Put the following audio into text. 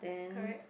correct